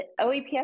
OEPS